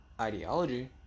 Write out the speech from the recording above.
ideology